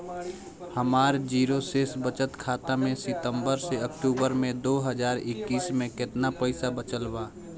हमार जीरो शेष बचत खाता में सितंबर से अक्तूबर में दो हज़ार इक्कीस में केतना पइसा बचल बा?